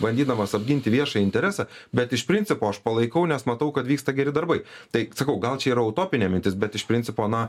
bandydamas apginti viešąjį interesą bet iš principo aš palaikau nes matau kad vyksta geri darbai tai sakau gal čia yra utopinė mintis bet iš principo na